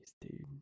dude